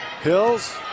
Hills